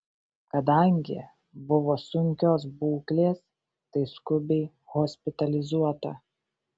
kadangi buvo sunkios būklės tai skubiai hospitalizuota